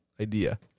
idea